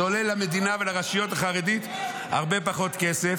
זה עולה למדינה ולרשויות החרדיות הרבה פחות כסף,